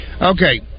Okay